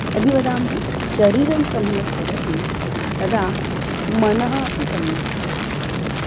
यदि वदामः शरीरं सम्यक् भवति तदा मनः अपि सम्यक् भवति